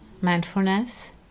mindfulness